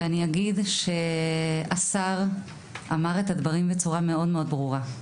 אני אגיד שהשר אמר את הדברים בצורה מאוד מאוד ברורה.